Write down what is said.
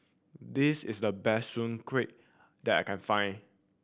this is the best Soon Kuih that I can find